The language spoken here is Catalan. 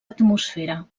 atmosfera